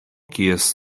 kies